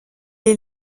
est